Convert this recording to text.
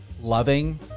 loving